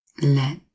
let